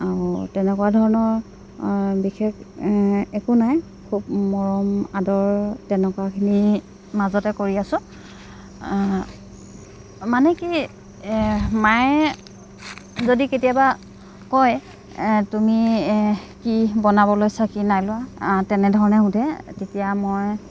আৰু তেনেকুৱা ধৰণৰ বিশেষ একো নাই খুব মৰম আদৰ তেনেকুৱাখিনি মাজতে কৰি আছোঁ মানে কি মায়ে যদি কেতিয়াবা কয় তুমি কি বনাব লৈছা কি নাই লোৱা তেনেধৰণে সোধে তেতিয়া মই